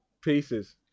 Pieces